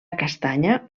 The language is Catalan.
castanya